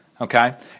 okay